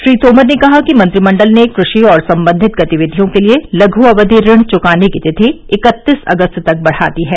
श्री तोमर ने कहा कि मंत्रिमंडल ने कृषि और संबंधित गतिविधियों के लिए लघु अवधि ऋण चुकाने की तिथि इकत्तीस अगस्त तक बढ़ा दी है